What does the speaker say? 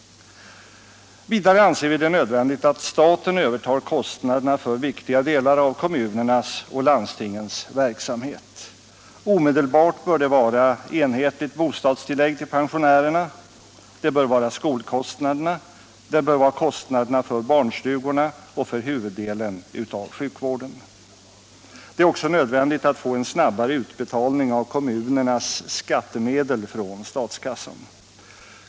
Vidare anser vi det nödvändigt att staten övertar kostnaderna för viktiga delar av kommunernas och landstingens verksamhet. Omedelbart bör detta gälla enhetligt bostadstillägg till pensionärerna samt kostnaderna för skolor, barnstugor och huvuddelen av sjukvården. Det är också nödvändigt att få en snabbare utbetalning av kommunernas skattemedel från statskassan.